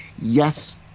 yes